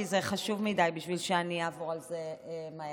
כי זה חשוב מכדי שאני אעבור על זה מהר.